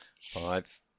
Five